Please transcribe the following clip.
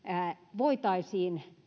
voitaisiin